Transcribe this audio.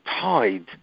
tied